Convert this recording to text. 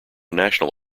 national